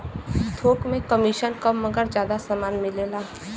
थोक में कमिसन कम मगर जादा समान मिलेला